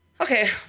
Okay